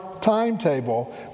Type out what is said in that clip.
timetable